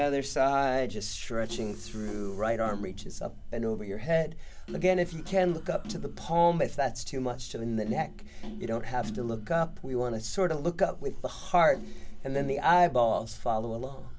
other side just stretching through right arm reaches up and over your head again if you can look up to the palm if that's too much to the neck you don't have to look up we want to sort of look up with the heart and then the eyeballs follow along